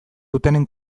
dutenen